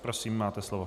Prosím, máte slovo.